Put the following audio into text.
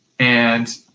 and,